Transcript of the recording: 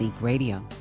Radio